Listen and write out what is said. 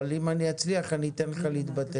אבל אם אני אצליח אני אתן לך להתבטא.